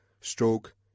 stroke